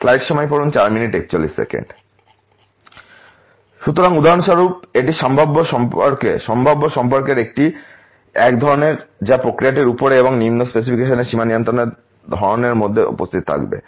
slide সময় পড়ুন 0441 সুতরাং উদাহরণস্বরূপ এটি সম্ভাব্য সম্পর্কের এক ধরণের যা প্রক্রিয়াটির উপরের এবং নিম্ন স্পেসিফিকেশন সীমা নিয়ন্ত্রণের ধরণের মধ্যে উপস্থিত থাকবে